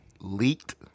leaked